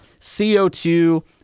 CO2